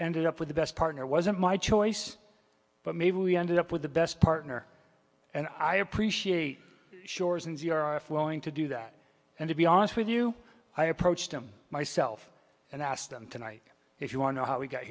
ended up with the best partner wasn't my choice but maybe we ended up with the best partner and i appreciate shores in z r if we're going to do that and to be honest with you i approached them myself and asked them tonight if you want to know how we got